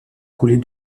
couler